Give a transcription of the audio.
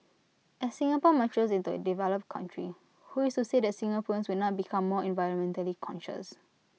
as Singapore matures into A developed country who is said Singaporeans will not become more environmentally conscious